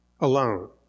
Alone